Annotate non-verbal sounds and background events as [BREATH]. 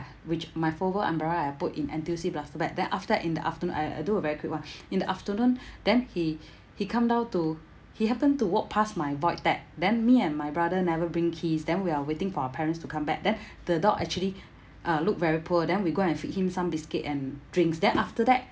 which my folded umbrella I put in N_T_U_C plastic bag then after that in the afternoon I I do a very quick [one] [BREATH] in the afternoon [BREATH] then he he come down to he happened to walk past my void deck then me and my brother never bring keys then we are waiting for our parents to come back then [BREATH] the dog actually uh look very poor then we go and feed him some biscuit and drinks then after that